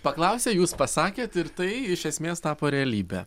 paklausė jūs pasakėt ir tai iš esmės tapo realybe